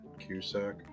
Cusack